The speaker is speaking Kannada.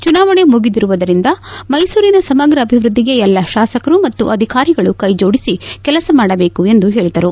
ಚುನಾವಣೆ ಮುಗಿದಿರುವುದರಿಂದ ಮೈಸೂರಿನ ಸಮಗ್ರ ಅಭಿವೃದ್ಧಿಗೆ ಎಲ್ಲಾ ಶಾಸಕರು ಮತ್ತು ಅಧಿಕಾರಿಗಳು ಕೈಜೋಡಿಸಿ ಕೆಲಸ ಮಾಡಬೇಕು ಎಂದು ಹೇಳಿದರು